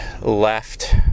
left